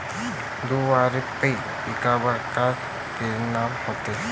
धुवारापाई पिकावर का परीनाम होते?